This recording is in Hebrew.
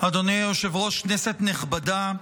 אדוני היושב-ראש, כנסת נכבדה,